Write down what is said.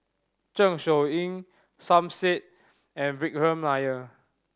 Zeng Shouyin Som Said and Vikram Nair